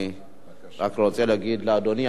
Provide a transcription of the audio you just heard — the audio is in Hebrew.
אני רק רוצה להגיד לאדוני,